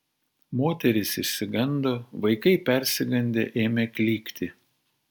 moterys išsigando vaikai persigandę ėmė klykti